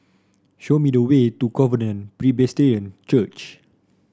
show me the way to Covenant Presbyterian Church